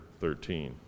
13